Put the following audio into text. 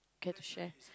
care to share